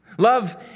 Love